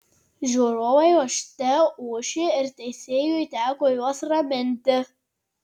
žiūrovai ošte ošė ir teisėjui teko juos raminti